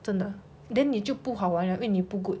真的 then 你就不好玩 liao 因为你不 good